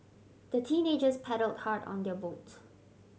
the teenagers paddled hard on their boat